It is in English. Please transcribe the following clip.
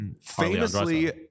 Famously